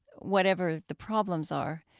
whatever the problems are,